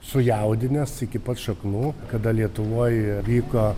sujaudinęs iki pat šaknų kada lietuvoj vyko